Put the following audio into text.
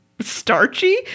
starchy